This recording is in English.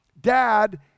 Dad